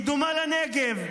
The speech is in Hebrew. דומה לנגב.